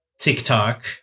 TikTok